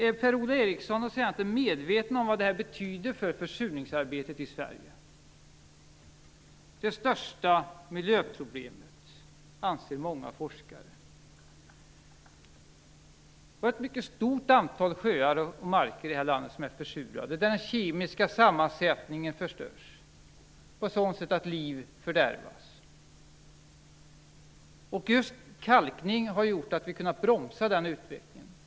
Är Per-Ola Eriksson och Centern medvetna om vad detta betyder för försurningsarbetet i Sverige? Många forskare anser att försurningen är det största miljöproblemet. Vi har ett mycket stort antal sjöar och marker i detta land som är försurade, där den kemiska sammansättningen förstörs på så sätt att liv fördärvas. Just kalkning har gjort att vi har kunnat bromsa den utvecklingen.